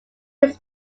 his